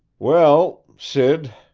well, sid,